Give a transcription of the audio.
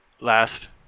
Last